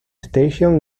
station